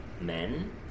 men